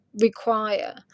require